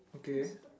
okay